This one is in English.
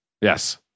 Yes